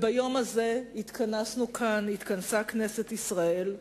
ביום הזה התכנסנו כאן, התכנסה כנסת ישראל,